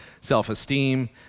self-esteem